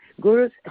Guru's